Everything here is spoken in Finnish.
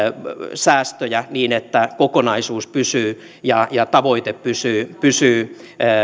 säästöjä niin että kokonaisuus ja ja tavoite pysyvät